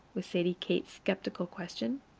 was sadie kate's skeptical question.